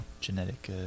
genetic